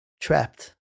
trapped